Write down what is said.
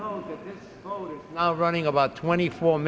know now running about twenty four